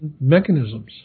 mechanisms